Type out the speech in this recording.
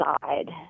side